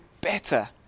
better